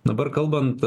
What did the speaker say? dabar kalbant